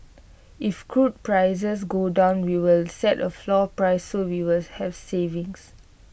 if crude prices go down we will set A floor price so we will have savings